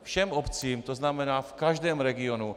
Všem obcím, to znamená v každém regionu.